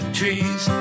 trees